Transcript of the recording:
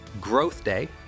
#GrowthDay